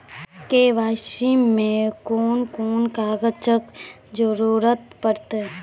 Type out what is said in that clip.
KYC मे कून कून कागजक जरूरत परतै?